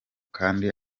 kandi